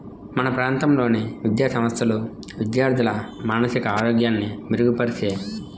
మన ప్రాంతంలోని విద్యాసంస్థలు విద్యార్థుల మానసిక ఆరోగ్యాన్ని మెరుగుపరిచే